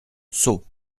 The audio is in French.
sceaux